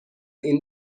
این